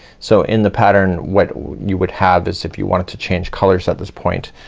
so in the pattern what you would have is if you wanted to change colors at this point